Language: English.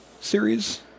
series